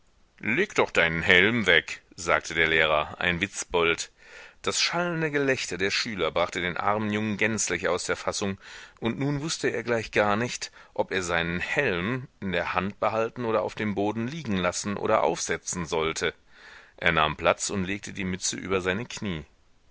leg doch deinen helm weg sagte der lehrer ein witzbold das schallende gelächter der schüler brachte den armen jungen gänzlich aus der fassung und nun wußte er gleich gar nicht ob er seinen helm in der hand behalten oder auf dem boden liegen lassen oder aufsetzen sollte er nahm platz und legte die mütze über seine knie